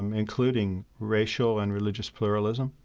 um including racial and religious pluralism,